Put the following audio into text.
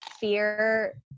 fear